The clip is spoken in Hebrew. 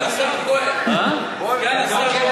להסיר את